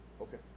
okay